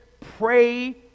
pray